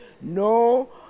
No